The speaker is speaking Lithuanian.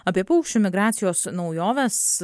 apie paukščių migracijos naujoves